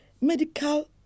medical